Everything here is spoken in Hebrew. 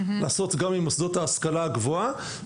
לעשות גם עם מוסדות להשכלה גבוהה.